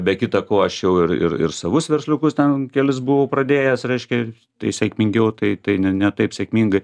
be kita ko aš jau ir ir savus versliukus ten kelis buvau pradėjęs reiškia tai sėkmingiau tai ne ne taip sėkmingai